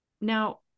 Now